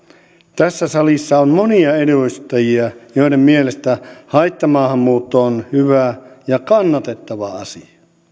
tässä salissa on monia edustajia joiden mielestä haittamaahanmuutto on hyvä ja kannatettava asia